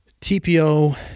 TPO